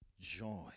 joy